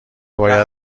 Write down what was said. باید